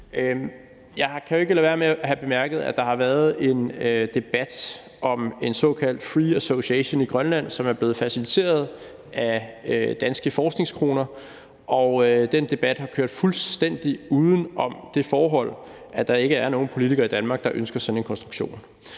Jeg har ikke kunnet lade være med at bemærke, at der har været en debat om en såkaldt free association-aftale i Grønland, som er blevet faciliteret af danske forskningskroner, og den debat har kørt fuldkommen uden om det forhold, at der ikke er nogen politikere i Danmark, der ønsker sådan en konstruktion.